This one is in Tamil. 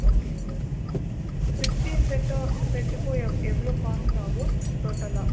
ஓகேங்க ஃபிஃப்டீன் செட்டோ செட்டுக்கும் எவ்வளோ காஸ்ட்டாகும் டோட்டலாக